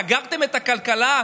סגרתם את הכלכלה,